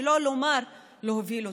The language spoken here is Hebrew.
שלא לומר להוביל אותו.